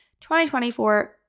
2024